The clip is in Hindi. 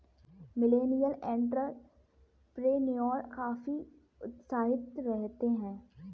मिलेनियल एंटेरप्रेन्योर काफी उत्साहित रहते हैं